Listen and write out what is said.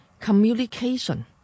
communication